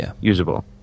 usable